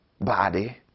body